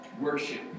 worship